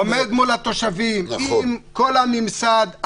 עומדת מול התושבים עם כל הממסד.